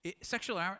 Sexual